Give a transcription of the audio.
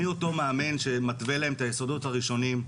מי אותו מאמן שמתווה להם את היסודות הראשונים,